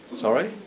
Sorry